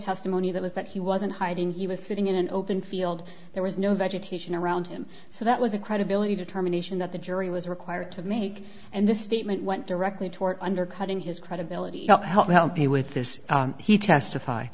testimony that was that he wasn't hiding he was sitting in an open field there was no vegetation around him so that was a credibility determination that the jury was required to make and the statement went directly toward undercutting his credibility help me help you with this he testify